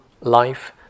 life